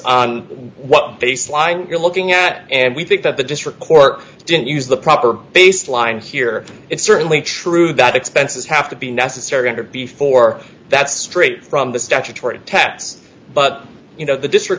on what baseline you're looking at and we think that the district court didn't use the proper baseline here it's certainly true that expenses have to be necessary under before that straight from the statutory tax but you know the district